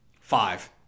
Five